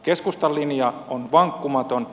keskustan linja on vankkumaton